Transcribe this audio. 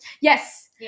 Yes